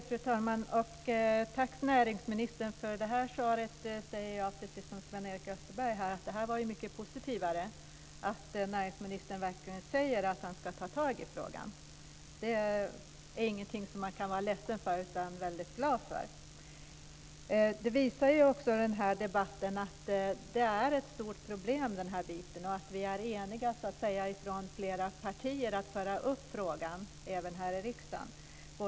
Fru talman! Jag tackar näringsministern för svaret. Precis som Sven-Erik Österberg säger jag att det är mycket positivt att näringsministern säger att han ska ta tag i frågan. Det är ingenting som man kan vara ledsen för utan i stället är glad för. Debatten visar att detta är ett stort problem. Vi är i flera partier eniga om att föra upp frågan i riksdagen.